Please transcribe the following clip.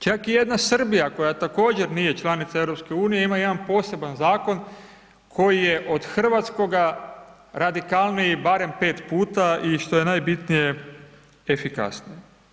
Čak i jedna Srbija, koja također nije članica EU ima jedan poseban zakon koji je od hrvatskoga radikalniji barem 5x i što je najbitnije efikasniji.